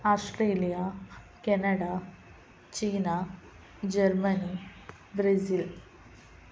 Australia Canada China Germany Brazil